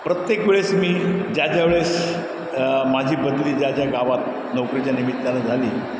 प्रत्येक वेळेस मी ज्या ज्या वेळेस माझी बदली ज्या ज्या गावात नोकरीच्या निमित्तानं झाली